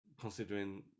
considering